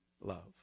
love